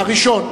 הראשון,